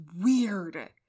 weird